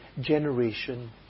generation